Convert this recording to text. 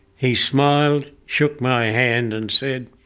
he smiled, shook my hand and said,